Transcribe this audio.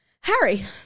Harry